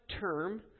term